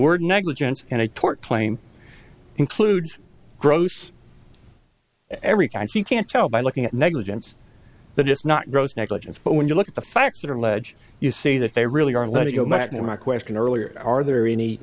word negligence and a tort claim includes gross every time she can't tell by looking at negligence that it's not gross negligence but when you look at the facts that are allege you say that they really are let me go back to my question earlier are there any